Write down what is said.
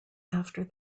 after